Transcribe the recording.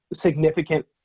significant